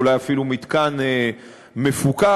אולי אפילו מתקן מפוקח.